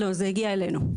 לא, זה הגיעו אלינו.